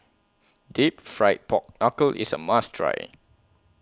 Deep Fried Pork Knuckle IS A must Try